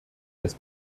des